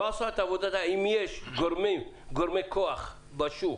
אם יש גורמי כוח בשוק